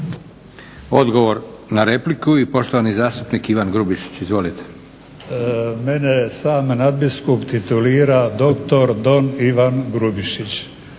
Odgovor na repliku i poštovani zastupnik Ivan Grubišić. Izvolite. **Grubišić, Ivan (Nezavisni)** Mene sam nadbiskup titulira doktor, Don Ivan Grubišić,